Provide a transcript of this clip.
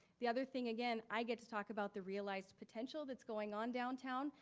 the other thing, again, i get to talk about the realized potential that's going on downtown.